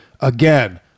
again